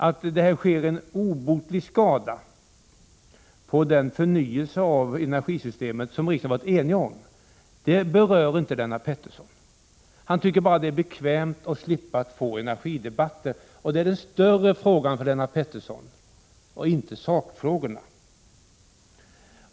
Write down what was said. Att det sker en obotlig skada på den förnyelse av energisystemet som riksdagen har varit enig om berör inte Lennart Pettersson. Han tycker bara det är bekvämt att slippa få energidebatten — det är viktigare för Lennart Pettersson än sakfrågorna.